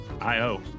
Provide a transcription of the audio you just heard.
I-O